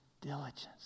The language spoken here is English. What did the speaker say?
diligence